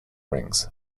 rings